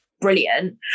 brilliant